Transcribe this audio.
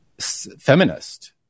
feminist